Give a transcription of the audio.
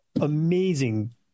amazing